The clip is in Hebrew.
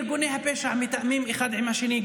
ארגוני הפשע מתאמים אחד עם השני,